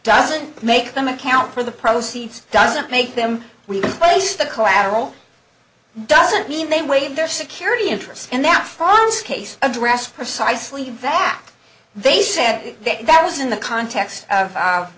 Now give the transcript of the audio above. doesn't make them account for the proceeds doesn't make them we face the collateral doesn't mean they waive their security interest and that funds case address precisely that they said that that was in the context of o